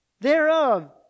Thereof